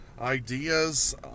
ideas